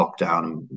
lockdown